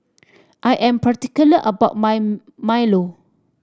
I am particular about my milo